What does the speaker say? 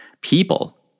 people